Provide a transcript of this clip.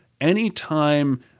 Anytime